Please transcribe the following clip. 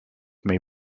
may